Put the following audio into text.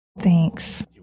thanks